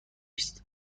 است